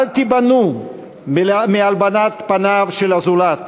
אל תיבנו מהלבנת פניו של הזולת